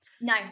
No